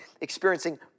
experiencing